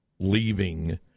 leaving